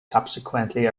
subsequently